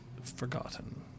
forgotten